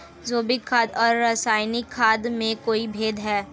जैविक खाद और रासायनिक खाद में कोई भेद है?